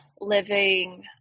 living